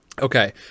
Okay